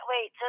wait